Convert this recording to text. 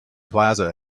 plaza